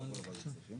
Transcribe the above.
חברת הכנסת יאסין.